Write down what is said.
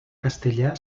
castellà